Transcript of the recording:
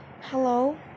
Hello